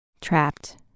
Trapped